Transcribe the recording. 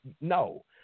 No